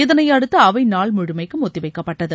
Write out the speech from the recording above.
இதனையடுத்து அவை நாள் முழுமைக்கும் ஒத்தி வைக்கப்பட்டது